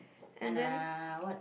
and then